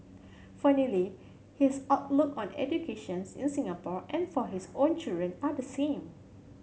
funnily his outlook on educations in Singapore and for his own children are the same